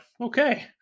Okay